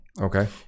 Okay